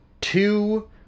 two